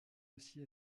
aussi